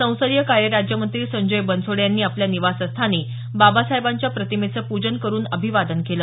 संसदीय कार्य राज्यमंत्री संजय बनसोडे यांनी आपल्या निवासस्थानी बाबासाहेबांच्या प्रतिमेचं पूजन करून अभिवादन केलं